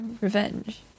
revenge